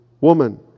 woman